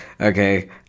okay